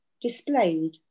displayed